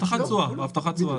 עם הבטחת התשואה הזה.